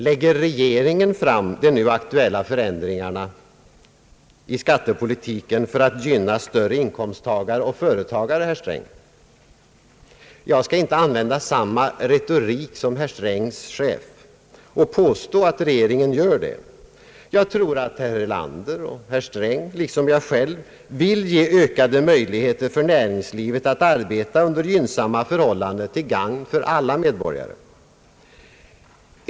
Lägger regeringen fram de nu aktuella förändringarna i skattepolitiken för att gynna större inkomsttagare och företagare, herr Sträng? Jag skall inte använda samma retorik som herr Strängs chef och påstå att regeringen gör det. Jag tror att herr Erlander och herr Sträng liksom jag själv vill ge ökade möjligheter för näringslivet att arbeta under gynnsamma förhållanden till gagn för alla medborgare.